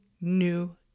new